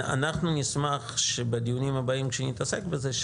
אנחנו נשמח שבדיונים הבאים כשנתעסק בזה,